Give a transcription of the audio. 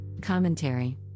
Commentary